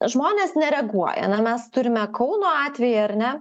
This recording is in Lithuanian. žmonės nereaguoja na mes turime kauno atvejį ar ne